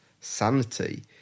sanity